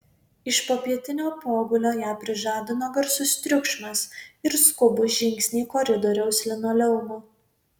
iš popietinio pogulio ją prižadino garsus triukšmas ir skubūs žingsniai koridoriaus linoleumu